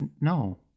No